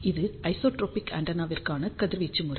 இது ஐசோட்ரோபிக் ஆண்டெனாவிற்கான கதிர்வீச்சு முறை